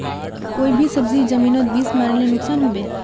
कोई भी सब्जी जमिनोत बीस मरले नुकसान होबे?